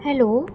hello